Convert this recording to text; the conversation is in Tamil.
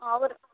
அவர்